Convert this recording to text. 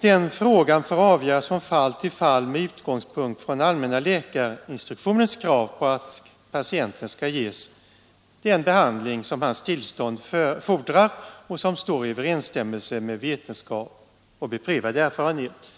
den frågan får avgöras från fall till fall med utgångspunkt från allmänna läkarinstruktionens krav att patienten skall ges den behandling som hans tillstånd fordrar och som står i överensstämmelse med vetenskap och beprövad erfarenhet.